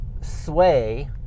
sway